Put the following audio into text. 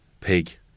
pig